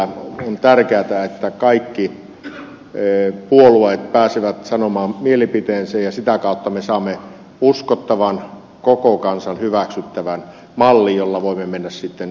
on tärkeätä että kaikki puolueet pääsevät sanomaan mielipiteensä ja sitä kautta me saamme uskottavan koko kansan hyväksyttävän mallin jolla voimme mennä sitten yhdessä eteenpäin